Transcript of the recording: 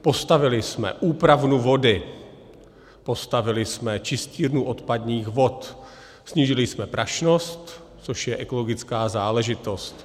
Postavili jsme úpravnu vody, postavili jsme čistírnu odpadních vod, snížili jsme prašnost, což je ekologická záležitost.